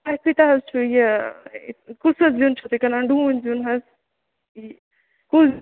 تۄہہِ کۭتیٛاہ حظ چھُ یہِ کُس حظ زیُن چھُو تُہۍ کٕنان ڈوٗنۍ زیُن حظ کُس